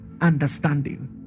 understanding